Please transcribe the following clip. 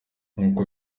nk’uko